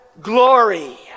glory